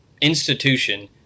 institution